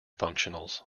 functionals